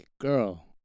girl